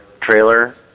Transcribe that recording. trailer